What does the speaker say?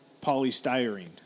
polystyrene